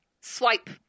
Swipe